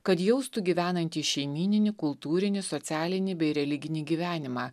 kad jaustų gyvenantys šeimyninį kultūrinį socialinį bei religinį gyvenimą